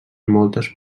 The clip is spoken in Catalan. moltes